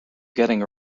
getting